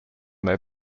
their